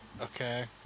Okay